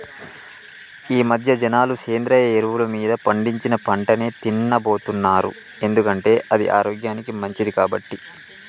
ఈమధ్య జనాలు సేంద్రియ ఎరువులు మీద పండించిన పంటనే తిన్నబోతున్నారు ఎందుకంటే అది ఆరోగ్యానికి మంచిది కాబట్టి